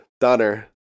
Donner